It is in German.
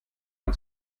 man